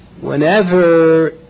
whenever